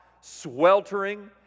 sweltering